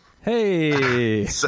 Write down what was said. Hey